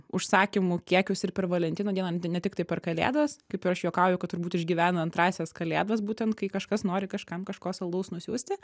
užsakymų kiekius ir per valentino dieną ne tik tai per kalėdas kaip ir aš juokauju kad turbūt išgyvena antrąsias kalėdas būtent kai kažkas nori kažkam kažko saldaus nusiųsti